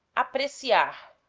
apreciar